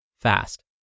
fast